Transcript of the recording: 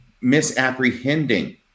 misapprehending